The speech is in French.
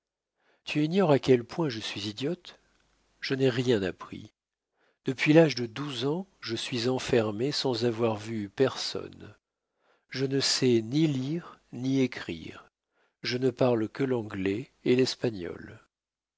tu ignores à quel point je suis idiote je n'ai rien appris depuis l'âge de douze ans je suis enfermée sans avoir vu personne je ne sais ni lire ni écrire je ne parle que l'anglais et l'espagnol